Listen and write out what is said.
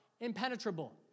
impenetrable